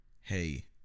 Hey